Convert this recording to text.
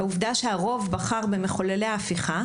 העובדה שהרוב בחר במחוללי ההפיכה,